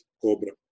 cobra